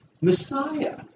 Messiah